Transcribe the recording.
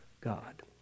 God